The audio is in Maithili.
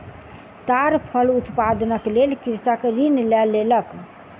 ताड़ फल उत्पादनक लेल कृषक ऋण लय लेलक